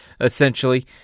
essentially